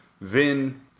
Vin